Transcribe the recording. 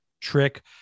trick